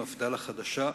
מפד"ל החדשה,